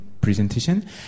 presentation